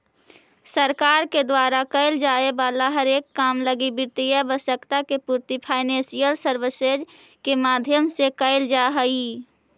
सरकार के द्वारा कैल जाए वाला हरेक काम लगी वित्तीय आवश्यकता के पूर्ति फाइनेंशियल सर्विसेज के माध्यम से कैल जा हई